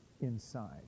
inside